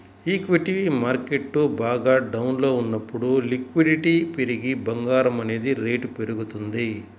equity market బాగా డౌన్లో ఉన్నప్పుడు లిక్విడిటీ పెరిగి బంగారం అనేది రేటు పెరుగుతుంది